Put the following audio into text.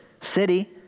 city